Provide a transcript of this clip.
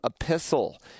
epistle